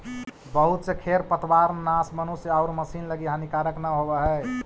बहुत से खेर पतवारनाश मनुष्य औउर पशु लगी हानिकारक न होवऽ हई